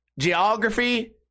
geography